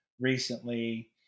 recently